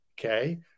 okay